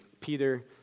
Peter